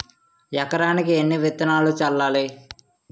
ఎకరానికి ఎన్ని విత్తనాలు చల్లాలి?